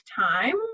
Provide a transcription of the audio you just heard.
time